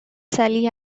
sally